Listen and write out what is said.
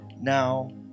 Now